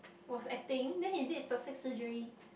was acting then he did plastic surgery